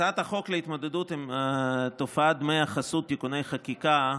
הצעת החוק להתמודדות עם תופעת החסות (תיקוני חקיקה),